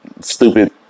stupid